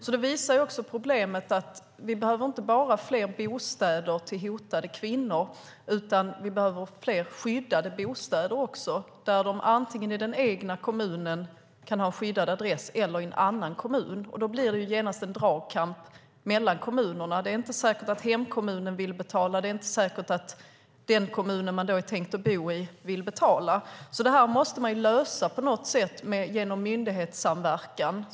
Detta visar att vi inte bara behöver fler bostäder till hotade kvinnor, utan vi behöver också fler skyddade bostäder så att de antingen i den egna kommunen eller i en annan kommun kan bo på en skyddad adress. Men då blir det genast en dragkamp mellan kommunerna. Det är inte säkert att hemkommunen vill betala, och det är inte heller säkert att den kommun man är tänkt att bo i vill betala. Detta måste lösas på något sätt genom myndighetssamverkan.